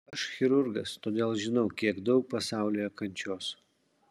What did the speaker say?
aš chirurgas todėl žinau kiek daug pasaulyje kančios